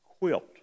quilt